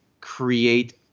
create